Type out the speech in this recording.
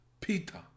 peter